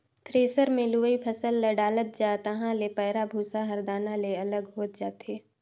thresher मे लुवय फसल ल डालत जा तहाँ ले पैराःभूसा हर दाना ले अलग हो जाथे